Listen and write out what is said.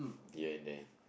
here and there